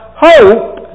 hope